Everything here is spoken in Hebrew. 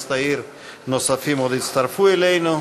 מועצת העיר נוספים עוד יצטרפו אלינו.